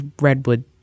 redwood